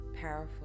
powerful